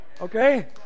Okay